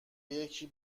یکی